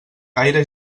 gaire